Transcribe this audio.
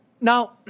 now